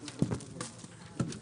11:10.